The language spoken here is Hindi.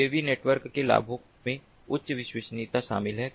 यूएवी नेटवर्क के लाभों में उच्च विश्वसनीयता शामिल है